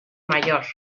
mayor